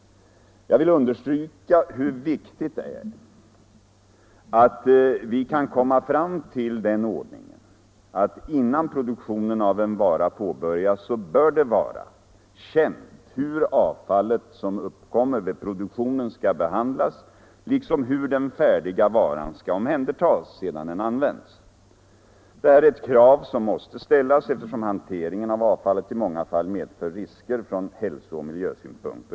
Jag vill understryka hur viktigt det är att vi kan komma fram till den ordningen, att innan produktionen av en vara påbörjas bör det vara känt hur det avfall som uppstår vid produktionen skall behandlas liksom hur den färdiga varan skall omhändertas sedan den använts. Detta är ett krav som måste ställas, eftersom hanteringen av avfallet i många fall medför risker från hälsooch miljösynpunkt.